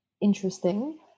interesting